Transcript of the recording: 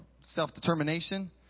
self-determination